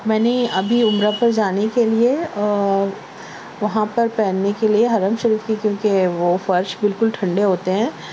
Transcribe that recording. میں نے ابھی عمرہ پر جانے کے لئے وہاں پر پہننے کے لئے حرم شریف کے کیوں کے وہ فرش بالکل ٹھنڈے ہوتے ہیں